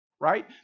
Right